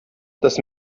das